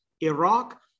Iraq